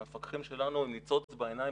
המפקחים שלנו עם ניצוץ בעיניים,